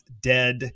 dead